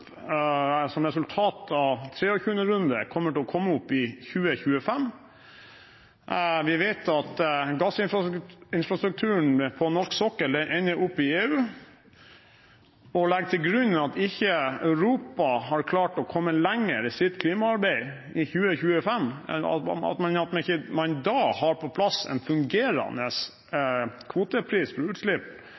et resultat av 23. runde, til å komme opp i 2025. Vi vet at gassinfrastrukturen på norsk sokkel ender opp i EU. Legger man til grunn at ikke Europa har klart å komme lenger i sitt klimaarbeid i 2025 enn at man ikke da har på plass en fungerende kvotepris for utslipp